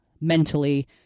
mentally